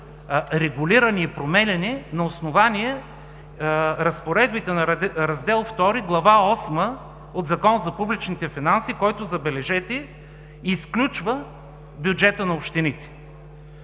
регулирани и променяни на основание разпоредбите на Раздел ІІ, Глава осма от Закона за публичните финанси, който, забележете, изключва бюджета на общините.